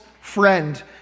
friend